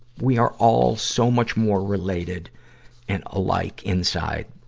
we are all so much more related and alike inside,